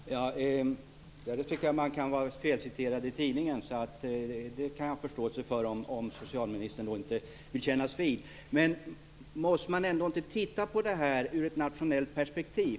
Fru talman! Jag respekterar att man kan bli felciterad i tidningen. Jag kan ha förståelse för om socialministern inte vill kännas vid detta. Men måste man ändå inte titta på detta ur ett nationellt perspektiv?